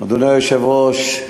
אדוני היושב-ראש,